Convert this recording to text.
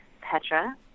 Petra